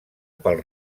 pel